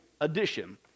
edition